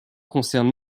concerne